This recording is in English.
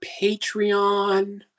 Patreon